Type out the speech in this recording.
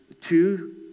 two